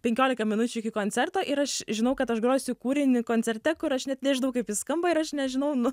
penkiolika minučių iki koncerto ir aš žinau kad aš grosiu kūrinį koncerte kur aš net nežinau kaip jis skamba ir aš nežinau nu